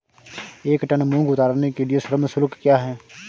एक टन मूंग उतारने के लिए श्रम शुल्क क्या है?